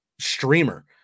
streamer